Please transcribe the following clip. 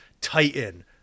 Titan